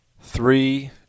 three